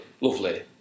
lovely